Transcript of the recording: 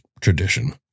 tradition